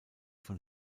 von